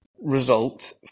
Result